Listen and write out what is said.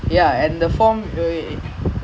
!wah! now tamil and sing